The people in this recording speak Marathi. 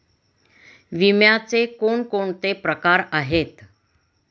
विम्याचे कोणकोणते प्रकार आहेत?